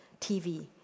TV